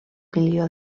milió